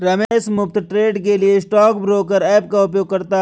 रमेश मुफ्त ट्रेड के लिए स्टॉक ब्रोकर ऐप का उपयोग करता है